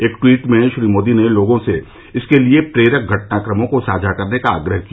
एक ट्वीट में श्री मोदी ने लोगों से इसके लिए प्रेरक घटनाक्रमों को साझा करने का आग्रह किया